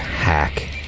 hack